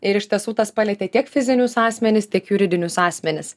ir iš tiesų tas palietė tiek fizinius asmenis tiek juridinius asmenis